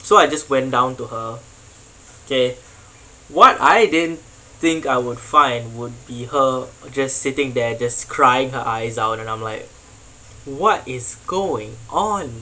so I just went down to her K what I didn't think I would find would be her just sitting there just crying her eyes out and I'm like what is going on